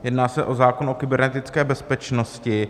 Jedná se o zákon o kybernetické bezpečnosti.